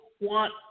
want